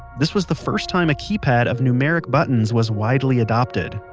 this was the first time a keypad of numeric buttons was widely adopted,